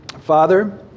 father